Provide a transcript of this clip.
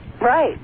Right